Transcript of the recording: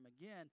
again